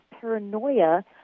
paranoia